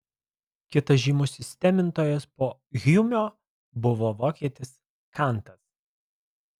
kitas žymus sistemintojas po hjumo buvo vokietis kantas